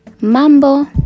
Mambo